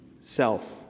self